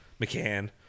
McCann